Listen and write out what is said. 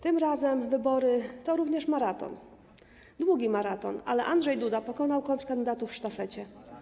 Tym razem wybory to również maraton, długi maraton, ale Andrzej Duda pokonał kontrkandydatów w sztafecie.